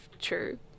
true